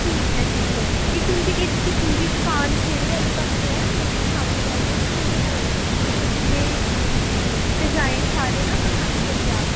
ठीक ऐ ठीक ऐ एह् तुं'दी तुं'दी दुकान केह्ड़े आहले पास्से ऐ शामी आइये ना तुं'दे कोल ते तुसेंगी डिजाइन सारे ना पसंद करी जाग